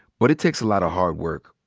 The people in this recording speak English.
but it takes a lotta hard work.